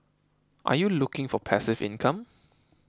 are you looking for passive income